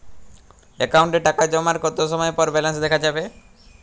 অ্যাকাউন্টে টাকা জমার কতো সময় পর ব্যালেন্স দেখা যাবে?